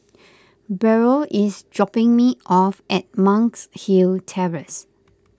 Beryl is dropping me off at Monk's Hill Terrace